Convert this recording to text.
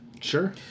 Sure